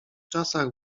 czasach